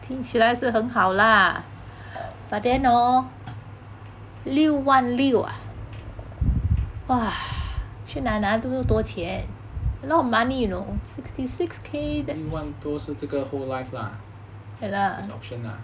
六万多是这个 whole life lah is an option lah